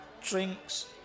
drinks